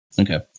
Okay